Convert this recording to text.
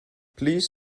please